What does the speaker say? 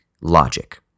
logic